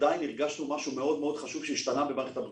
עדיין הרגשנו משהו חשוב מאוד שהשתנה במערכת הבריאות,